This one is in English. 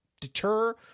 deter